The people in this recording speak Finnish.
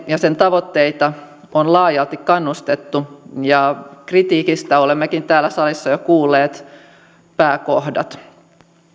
ja sen tavoitteita on laajalti kannustettu kritiikistä olemmekin täällä salissa jo kuulleet pääkohdat